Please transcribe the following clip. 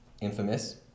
Infamous